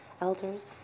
elders